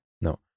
no